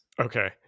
Okay